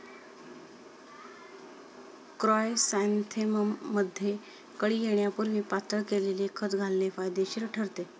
क्रायसॅन्थेमममध्ये कळी येण्यापूर्वी पातळ केलेले खत घालणे फायदेशीर ठरते